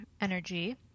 energy